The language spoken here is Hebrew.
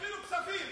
תבדוק את זה,